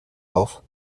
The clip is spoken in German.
auf